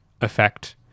effect